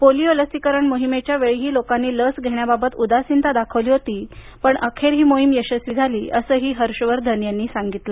polio लसीकरण मोहिमेच्या वेळीही लोकांनी लस घेण्याबाबत उदासीनता दाखवली होती पण अखेर ही मोहीम यशस्वी झाली असंही हर्ष वर्धन यांनी सांगितलं